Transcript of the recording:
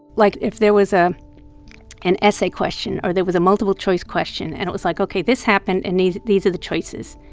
like, if there was ah an essay question or there was a multiple-choice question and it was like, ok, this happened and these these are the choices